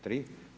Tri?